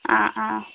ആ ആ